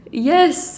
yes